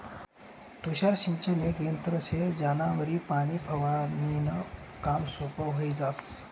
तुषार सिंचन येक यंत्र शे ज्यानावरी पाणी फवारनीनं काम सोपं व्हयी जास